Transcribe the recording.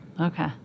Okay